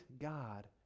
god